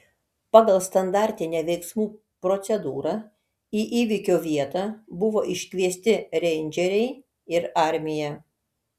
pagal standartinę veiksmų procedūrą į įvykio vietą buvo iškviesti reindžeriai ir armija